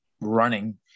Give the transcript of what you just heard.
running